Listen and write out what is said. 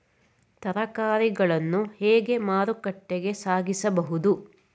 ತರಕಾರಿಗಳನ್ನು ಹೇಗೆ ಮಾರುಕಟ್ಟೆಗೆ ಸಾಗಿಸಬಹುದು?